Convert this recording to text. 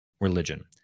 religion